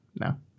no